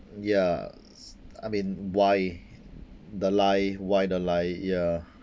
ya s~ I mean why the lie why the lie ya